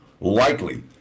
likely